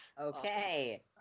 Okay